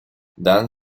dan